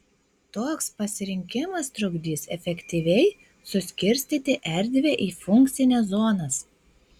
toks pasirinkimas trukdys efektyviai suskirstyti erdvę į funkcines zonas